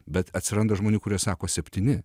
bet atsiranda žmonių kurie sako septyni